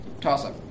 Toss-up